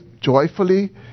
joyfully